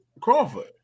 Crawford